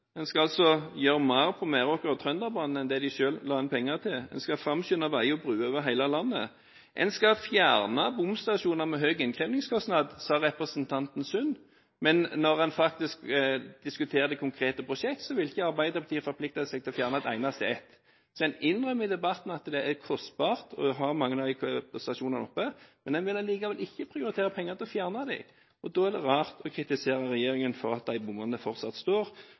skal altså gjøre mer på Meråker og Trønderbanen enn de selv la inn penger til. Man skal framskynde veier og bruer over hele landet. Man skal fjerne bomstasjoner med høy innkrevingskostnad, sa representanten Sund, men når man diskuterer de konkrete prosjektene, vil ikke Arbeiderpartiet forplikte seg til å fjerne ett eneste. Man innrømmer altså i debatten at det er kostbart å holde mange av bomstasjonene åpne, men man vil likevel ikke prioritere penger til å fjerne dem. Da blir det rart å kritisere regjeringen for at bommene fortsatt står,